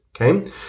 Okay